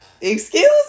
Excuse